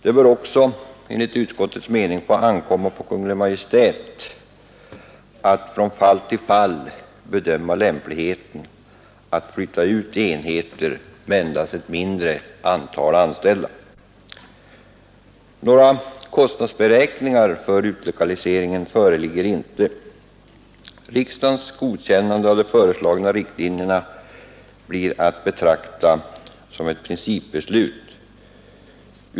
Det bör enligt utskottets mening få ankomma på Kungl. Maj:t att från fall till fall bedöma lämpligheten av att flytta ut enheter med endast ett mindre antal anställda. Några kostnadsberäkningar för utlokaliseringen föreligger inte. Riksdagens godkännande av de föreslagna riktlinjerna blir att betrakta som ett principbeslut.